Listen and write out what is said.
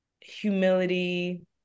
humility